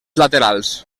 laterals